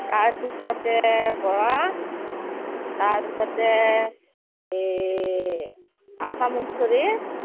তাৰপিছতে বৰা তাৰ পিছতে এই আসাম